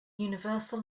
universal